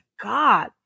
God